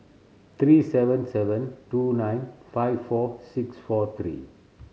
three seven seven two nine five four six four three